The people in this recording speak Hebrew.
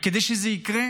וכדי שזה יקרה,